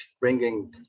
bringing